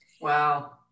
Wow